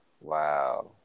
Wow